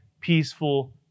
peaceful